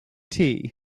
tea